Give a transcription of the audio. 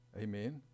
Amen